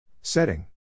Setting